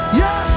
yes